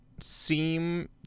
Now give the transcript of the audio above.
seem